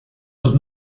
los